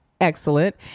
Excellent